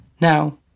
Now